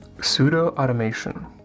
Pseudo-automation